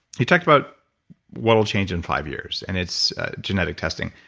you talked about what will change in five years and it's genetic testing.